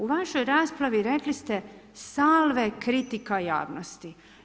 U vašoj raspravi rekli ste salve kritika javnosti.